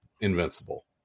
Invincible